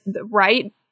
right